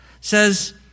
says